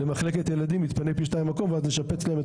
במחלקת ילדים יתפנה פי שתיים מקום ואז נשפץ להם את